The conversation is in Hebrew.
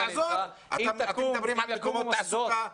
מדברים על מקומות תעסוקה,